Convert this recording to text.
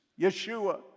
Yeshua